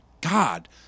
God